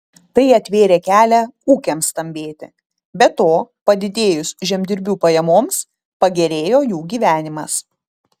tai atvėrė kelią ūkiams stambėti be to padidėjus žemdirbių pajamoms pagerėjo jų gyvenimas